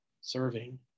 serving